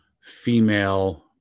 female